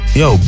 yo